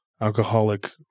alcoholic